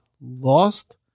lost